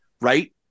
right